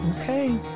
Okay